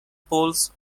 poles